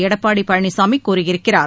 எடப்பாடி பழனிசாமி கூறியிருக்கிறார்